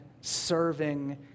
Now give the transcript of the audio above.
serving